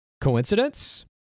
Coincidence